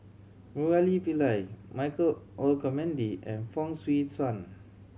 Murali Pillai Michael Olcomendy and Fong Swee Suan